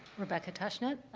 rebecca tushnet,